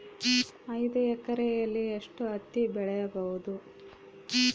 ಐದು ಎಕರೆಯಲ್ಲಿ ಎಷ್ಟು ಹತ್ತಿ ಬೆಳೆಯಬಹುದು?